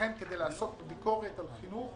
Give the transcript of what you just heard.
כדי לעסוק בביקורת על חינוך,